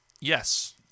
Yes